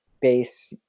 base